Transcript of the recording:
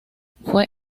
fue